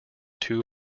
two